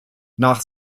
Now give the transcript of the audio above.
nach